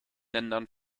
ländern